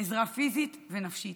עזרה פיזית ונפשית.